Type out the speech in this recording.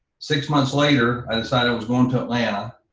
six months later, i decided i was going to atlanta, i